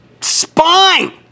spine